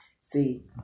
See